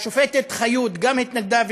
והשופטת חיות גם התנגדה,